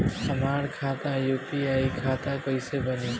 हमार खाता यू.पी.आई खाता कईसे बनी?